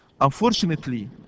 Unfortunately